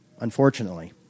Unfortunately